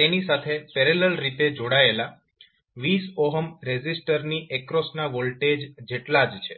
તેની સાથે પેરેલલ રીતે જોડાયેલા 20 રેઝિસ્ટરની એક્રોસના વોલ્ટેજ જેટલા જ છે